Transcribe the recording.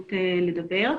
ההזדמנות לדבר.